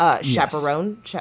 Chaperone